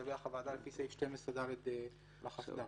על פי סעיף 12(ד) לחסד"פ.